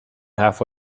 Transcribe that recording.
half